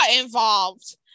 involved